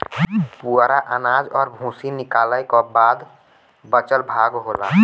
पुवरा अनाज और भूसी निकालय क बाद बचल भाग होला